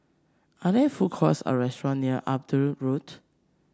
are there food courts or restaurant near Edinburgh Road